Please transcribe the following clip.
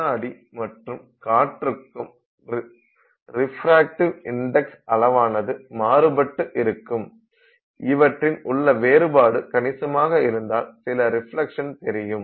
கண்ணாடி மற்றும் காற்றுக்கும் ரிஃப்ரக்டிவ் இண்ட்க்ஸ் அளவானது மாறுபட்டு இருக்கும் இவற்றில் உள்ள வேறுபாடு கணிசமாக இருந்தால் சில ரிஃப்லக்ஷ்ன் தெரியும்